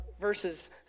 verses